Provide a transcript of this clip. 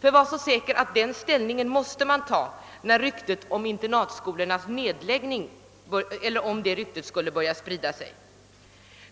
Säkert är att statsmakterna måste ta ställning i denna fråga, ifall rykten om nedläggning av internatskolor skulle börja sprida sig.